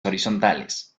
horizontales